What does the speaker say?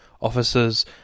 officers